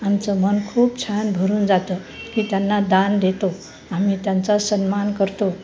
आमचं मन खूप छान भरून जातं की त्यांना दान देतो आम्ही त्यांचा सन्मान करतो